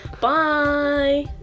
bye